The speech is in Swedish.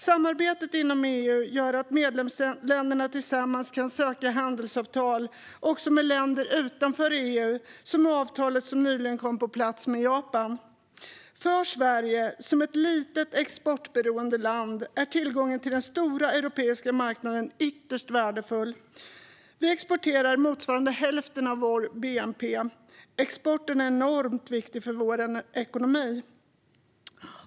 Samarbetet i EU gör att medlemsländerna tillsammans kan söka handelsavtal också med länder utanför EU, som avtalet med Japan som nyligen kom på plats. För Sverige som litet exportberoende land är tillgången till den stora europeiska marknaden ytterst värdefull. Vi exporterar motsvarande hälften av vår bnp. Exporten är enormt viktig för vår ekonomi.